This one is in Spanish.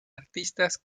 artistas